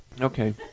Okay